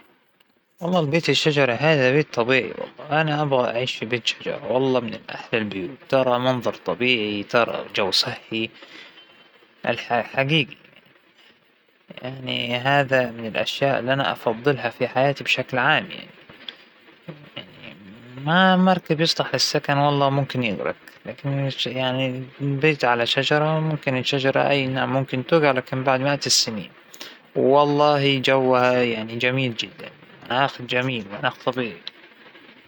أعتقد أنى راح اختاربيت الشجرة لماهو لأنه أنا بحب مبدأ الثبات، ال الأصل فى ال- فى الوجود البيت هو الثبات، مو قصة مركب يصلح للسكن أو لا، ما بحب قصة أن شى يكون متحرك جاهز للحركة بأى وقت، الثبات أهم شى عندى.